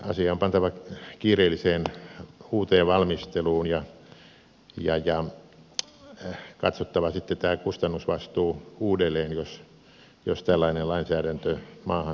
asia on pantava kiireelliseen uuteen valmisteluun ja katsottava sitten tämä kustannusvastuu uudelleen jos tällainen lainsäädäntö maahan halutaan laatia